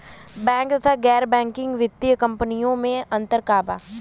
Bank तथा गैर banking वित्तीय कम्पनीयो मे अन्तर का बा?